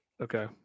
okay